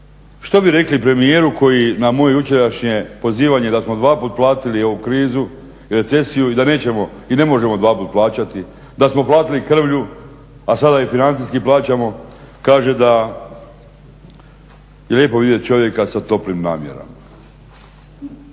Što bi rekli premijeru koji na moje jučerašnje pozivanje da smo 2 put platili ovu krizu i recesiju i da nećemo i ne možemo dva put plaćati, da smo platili krvlju, a sada i financijski plaćamo kaže da je lijepo vidjeti čovjeka sa toplim namjerama.